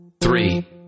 three